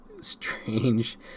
strange